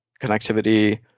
connectivity